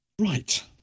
Right